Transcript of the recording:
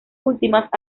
últimas